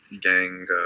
gang